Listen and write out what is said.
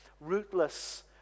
Rootless